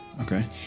Okay